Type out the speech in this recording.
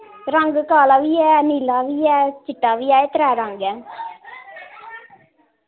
रंग काला बी ऐ नीला बी ऐ चिट्टा बी ऐ त्रै रंग ऐं